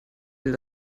will